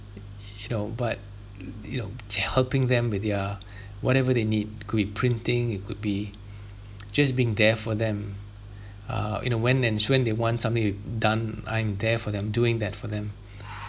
you know but you know helping them with their whatever they need it could be printing it could be just being there for them uh in a when and when they want something with done I'm there for them doing that for them